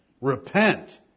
Repent